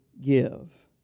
give